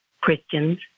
Christians